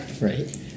Right